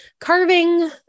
Carving